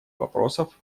вопросов